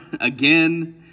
again